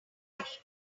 need